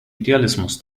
idealismus